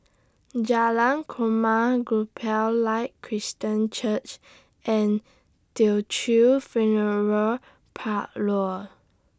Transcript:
Jalan Korma Gospel Light Christian Church and Teochew Funeral Parlour